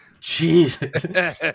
Jesus